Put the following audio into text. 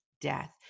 death